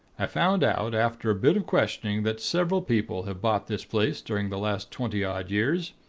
i found out, after a bit of questioning, that several people have bought this place during the last twenty-odd years.